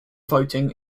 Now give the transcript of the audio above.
voting